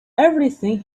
everything